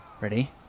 Ready